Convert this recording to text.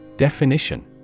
Definition